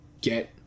get